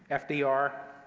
ah fdr,